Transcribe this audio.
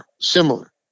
similar